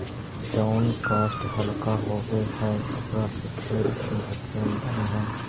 जउन काष्ठ हल्का होव हई, ओकरा से खेल के उपकरण बनऽ हई